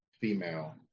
female